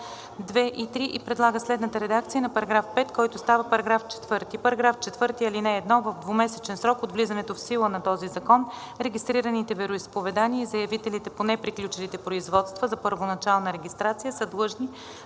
2 и 3 и предлага следната редакция на § 5, който става § 4: „§ 4. (1) В двумесечен срок от влизането в сила на този закон регистрираните вероизповедания и заявителите по неприключилите производства за първоначална регистрация са длъжни